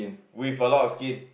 with a lot of skin